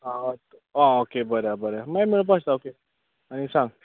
आतां आं ओके बरें आं बरें आं मागीर मेळपा श ओके आनी सांग